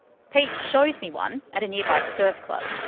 pete shows me one at a nearby surf club.